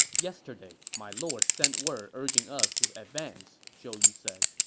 yesterday, my lord sent word urging us to advance, zhou yu said.